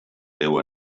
teu